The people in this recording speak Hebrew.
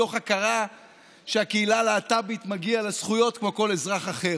מתוך הכרה שלקהילה להט"בית מגיעות זכויות כמו כל אזרח אחר.